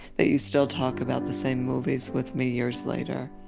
that you still talk about the same movies with me years later.